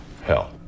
hell